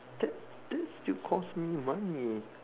that that still cost me money